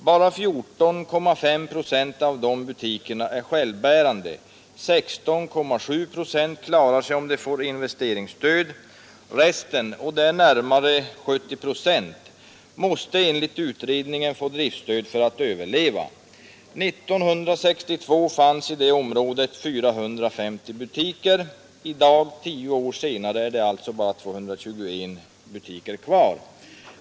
Bara 14,5 procent av de butikerna är självbärande medan 16,7 procent klarar sig om de får investeringsstöd. Resten — det är närmare 70 procent — måste enligt utredningen få driftstöd för att överleva. 1962 fanns i detta område 450 butiker. I dag, tio år senare, är det alltså 221 butiker kvar.